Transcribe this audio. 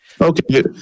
Okay